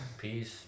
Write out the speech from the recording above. Peace